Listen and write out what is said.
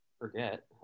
forget